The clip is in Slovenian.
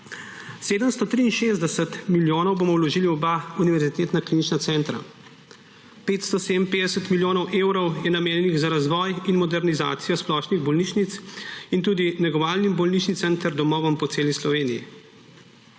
763 milijonov bomo vložili v oba univerzitetna klinična centra, 557 milijonov evrov je namenjenih za razvoj in modernizacijo splošnih bolnišnic in tudi negovalnim bolnišnicam ter domovom po celi Sloveniji.